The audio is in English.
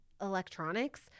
electronics